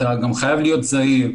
אתה גם חייב להיות זהיר,